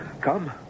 Come